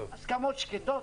הסכמות שקטות,